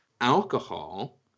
alcohol